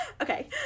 Okay